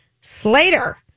Slater